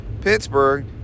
Pittsburgh